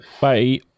Bye